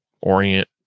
orient